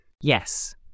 Yes